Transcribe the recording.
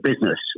business